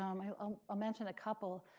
um i'll i'll mention a couple.